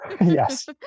Yes